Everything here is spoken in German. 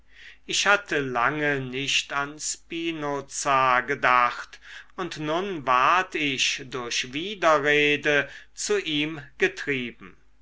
ich hatte lange nicht an spinoza gedacht und nun ward ich durch widerrede zu ihm getrieben